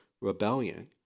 rebellion